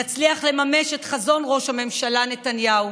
נצליח לממש את חזון ראש הממשלה נתניהו